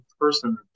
person